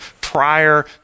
prior